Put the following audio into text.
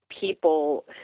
people